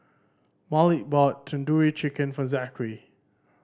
Malik bought Tandoori Chicken for Zackery